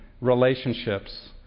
relationships